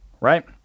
right